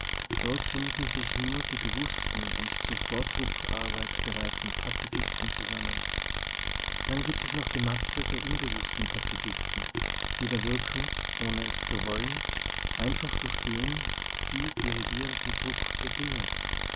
dort finden sich nur die bewußten und zur vortrupp arbeit bereiten pazifisten zusammen dann gibt es noch die masse der unbewußten pazifisten die da wirken ohne es zu wollen einfach durch den sie dirigierenden druck der dinge